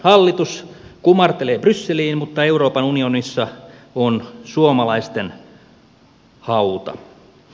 hallitus kumartelee brysseliin mutta euroopan unionissa on suomalaisten hauta